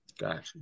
Gotcha